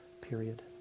period